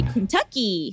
Kentucky